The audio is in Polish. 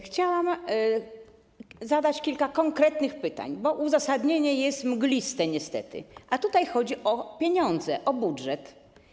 Chciałam zadać kilka konkretnych pytań, bo uzasadnienie jest mgliste niestety, a tutaj chodzi o pieniądze, o budżet.